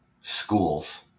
schools